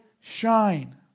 shine